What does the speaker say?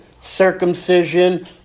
Circumcision